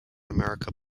america